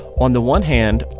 on the one hand,